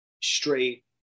straight